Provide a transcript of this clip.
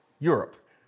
Europe